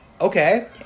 okay